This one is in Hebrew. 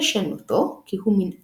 מבלי להמתין להזמנה.